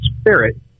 spirit